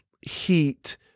heat